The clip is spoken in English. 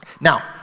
now